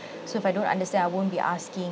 so if I don't understand I won't be asking